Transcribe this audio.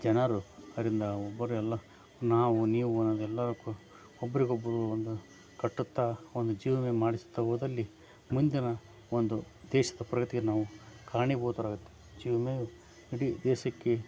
ಜನರು ಅರಿಂದ ಒಬ್ಬರು ಎಲ್ಲ ನಾವು ನೀವು ಅನ್ನೋದು ಎಲ್ಲಕ್ಕೂ ಒಬ್ಬರಿಗೊಬ್ರು ಒಂದು ಕಟ್ಟುತ್ತಾ ಒಂದು ಜೀವ ವಿಮೆ ಮಾಡಿಸುತ್ತಾ ಹೋದಲ್ಲಿ ಮುಂದಿನ ಒಂದು ದೇಶದ ಪ್ರಗತಿಯನ್ನ ನಾವು ಕಾರಣೀಭೂತರಾಗುತ್ತೆ ಜೀವ ವಿಮೆಯು ಇಡೀ ದೇಶಕ್ಕೆ